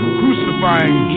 crucifying